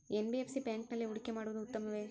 NBFC ಬ್ಯಾಂಕಿನಲ್ಲಿ ಹೂಡಿಕೆ ಮಾಡುವುದು ಉತ್ತಮವೆ?